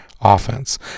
offense